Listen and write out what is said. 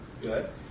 good